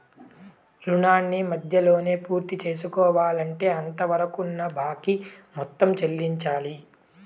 రుణాన్ని మధ్యలోనే పూర్తిసేసుకోవాలంటే అంతవరకున్న బాకీ మొత్తం చెల్లించాలి